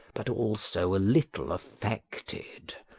but also a little affected,